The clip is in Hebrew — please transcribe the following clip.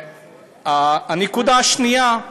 הנקודה השנייה,